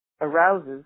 arouses